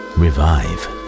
revive